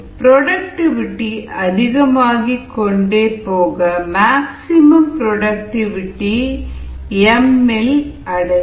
productivity அதிகமாகிக்கொண்டே போக maximum productivity T எம்மில் அடையும்